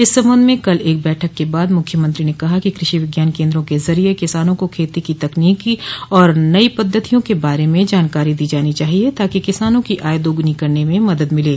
इस संबंध में कल एक बैठक के बाद मुख्यमंत्री ने कहा कि कृषि विज्ञान केन्द्रों के जरिये किसानों को खेती की तकनीक और नई पद्धतियों के बारे में जानकारी दी जानी चाहिए ताकि किसानों की आय दोगुनी करने में मदद मिले